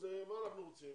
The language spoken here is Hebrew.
אז מה אנחנו רוצים?